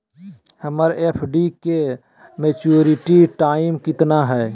हमर एफ.डी के maturity time कितना है?